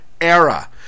era